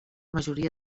majoria